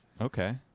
okay